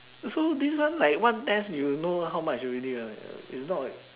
so this one like one test you know how much already right it's not like